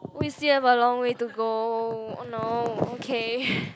we still have a long way to go oh no okay